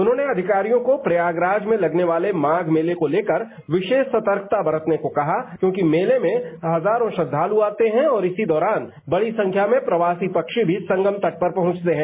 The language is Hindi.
उन्होंने अधिकारियों को प्रयागराज में लगने वाले माघ मेले को लेकर विशेष सतर्कता बरतने को कहा क्योंकि मेले में हजारों श्रद्वालू आते हैं और इसी दौरान बड़ी संख्या में प्रवासी पक्षी भी संगम तट पर पहुंचते हैं